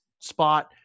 spot